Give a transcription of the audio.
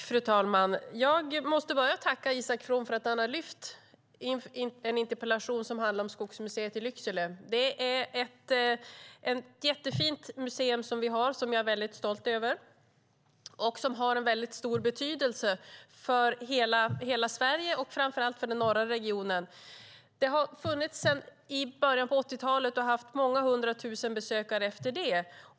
Fru talman! Jag måste börja med att tacka Isak From för att han har ställt en interpellation som handlar om Skogsmuseet i Lycksele. Det är ett jättefint museum vi har och som jag är väldigt stolt över. Det har en stor betydelse för hela Sverige och framför allt för den norra regionen. Den har funnits sedan början av 80-talet och har haft många hundratusen besökare sedan dess.